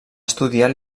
estudiar